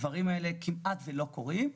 שבו הדברים האלה כמעט לא קורים.